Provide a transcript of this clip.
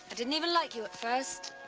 but didn't even like you at first.